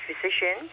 physician